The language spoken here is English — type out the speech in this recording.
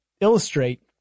illustrate